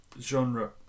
genre